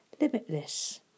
Limitless